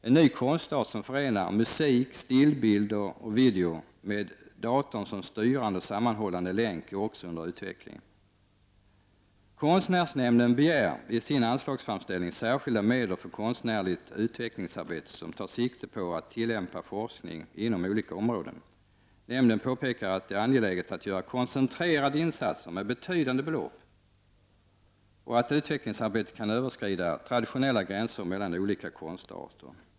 En ny konstart som förenar musik, stillbild och video med datorn som styrande och sammanhållande länk är också under utveckling. Konstnärsnämnden begär i sin anslagsframställning särskilda medel för konstnärligt utvecklingsarbete som tar sikte på att tillämpa forskning inom olika områden. Nämnden påpekar att det är angeläget att göra koncentre rade insatser med betydande belopp, och att utvecklingsarbetet kan överskrida traditionella gränser mellan olika konstarter.